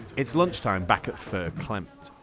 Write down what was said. it's lunchtime back at fur clemt.